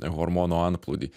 hormono antplūdį